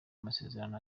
amasezerano